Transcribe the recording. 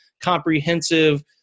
comprehensive